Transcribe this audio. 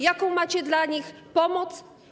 Jaką macie dla nich pomoc?